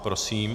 Prosím.